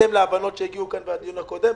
בהתאם להבנות שהגיעו אליהן בדיון הקודם,